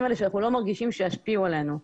האלה שאנחנו לא מרגישים שישפיעו עלינו.